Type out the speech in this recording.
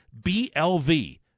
BLV